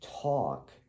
talk